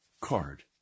card